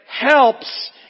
Helps